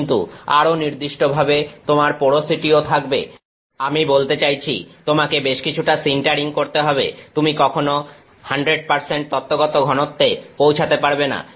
কিন্তু আরো নির্দিষ্টভাবে তোমার পোরোসিটিও থাকবে আমি বলতে চাইছি তোমাকে বেশ কিছুটা সিন্টারিং করতে হবে তুমি কখনোই 100 তত্ত্বগত ঘনত্বতে পৌঁছাতে পারবে না